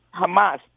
Hamas